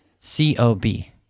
C-O-B